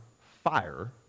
fire